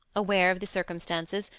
aware of the circumstances,